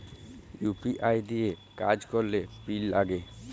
UPI দিঁয়ে কাজ ক্যরলে পিল লাগে